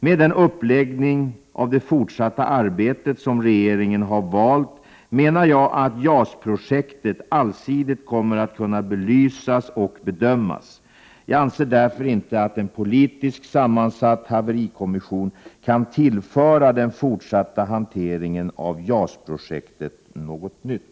Med den uppläggning av det fortsatta arbetet som regeringen har valt menar jag att JAS-projektet allsidigt kommer att kunna belysas och bedömas. Jag anser därför inte att en politiskt sammansatt haverikommission kan tillföra den fortsatta hanteringen av JAS-projektet något nytt.